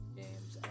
games